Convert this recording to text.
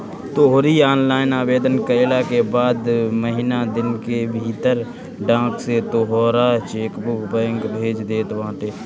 तोहरी ऑनलाइन आवेदन कईला के बाद महिना दिन के भीतर डाक से तोहार चेकबुक बैंक भेज देत बाटे